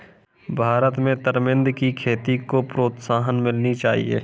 भारत में तरमिंद की खेती को प्रोत्साहन मिलनी चाहिए